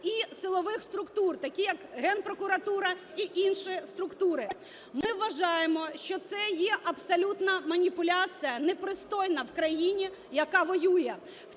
і силових структур, таких як Генпрокуратура і інші структури. Ми вважаємо, що це є абсолютна маніпуляція непристойна в країні, яка воює.